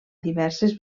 diverses